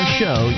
show